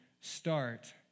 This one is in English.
start